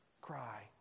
cry